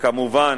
כמובן,